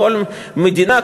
בכל מדינה,